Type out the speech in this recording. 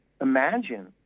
imagine